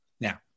now